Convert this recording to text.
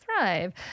thrive